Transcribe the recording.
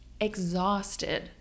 exhausted